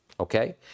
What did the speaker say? Okay